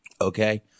okay